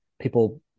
people